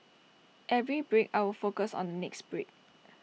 every break I would focus on the next break